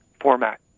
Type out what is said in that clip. format